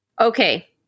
Okay